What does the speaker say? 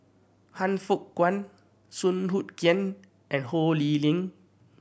Han Fook Kwang Song Hoot Kiam and Ho Lee Ling